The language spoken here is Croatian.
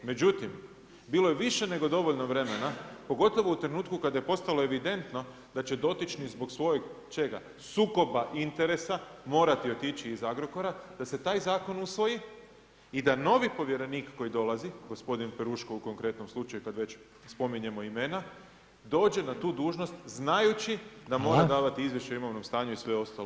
Međutim, bilo je više nego dovoljno vremena pogotovo u trenutku kada je postalo evidentno da će dotični zbog svojeg čega, sukoba interesa, morati otići iz Agrokora da se taj zakon usvoji i da novi povjerenik koji dolazi, gospodin Peruško u konkretnom slučaju kad već spominjemo imena, dođe na tu dužnost znajući da mora davati izvješće o imovnom stanju i sve ostalo što ga sljeduje.